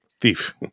thief